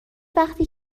وقتی